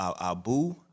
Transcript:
Abu